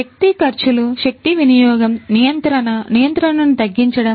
శక్తి ఖర్చులు శక్తి వినియోగం నియంత్రణ నియంత్రణను తగ్గించడం